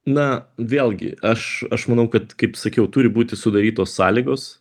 na vėlgi aš aš manau kad kaip sakiau turi būti sudarytos sąlygos